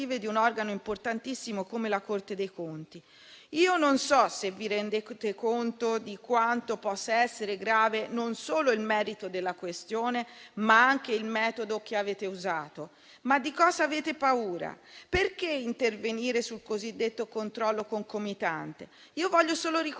di un organo importantissimo come la Corte dei conti. Onorevoli colleghi, non so se vi rendete conto di quanto possa essere grave non solo il merito della questione, ma anche il metodo che avete usato. Ma di cosa avete paura? Perché intervenire sul cosiddetto controllo concomitante? Voglio solo ricordare